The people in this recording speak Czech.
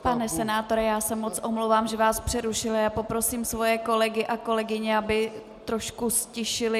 Pane senátore, já se moc omlouvám, že vás přerušuji, a poprosím svoje kolegy a kolegyně, aby se trošku ztišili.